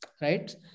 right